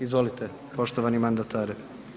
Izvolite poštovani mandataru.